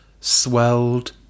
swelled